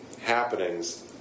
happenings